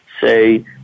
say